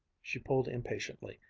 she pulled impatiently,